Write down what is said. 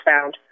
found